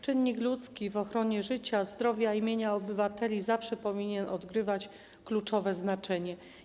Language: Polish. Czynnik ludzki w ochronie życia, zdrowia i mienia obywateli zawsze powinien odgrywać kluczowe znaczenie.